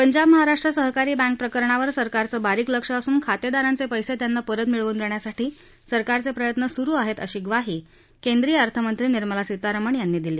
पंजाब महाराष्ट्र सहकारी बँक प्रकरणावर सरकारचं बारीक लक्ष असून खातेदारांचे पसीत्यांना परत मिळवून देण्यासाठी सरकारचे प्रयत्न सुरू आहेत अशी ग्वाही केंद्रीय अर्थमंत्री निर्मला सीतारमण यांनी दिली